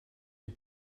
des